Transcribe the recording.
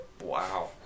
Wow